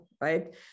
right